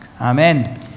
Amen